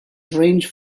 range